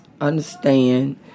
understand